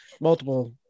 multiple